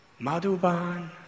Madhuban